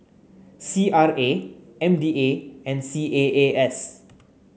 C R A M D A and C A A S